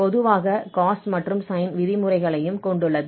பொதுவாக cos மற்றும் sin விதிமுறைகளையும் கொண்டுள்ளது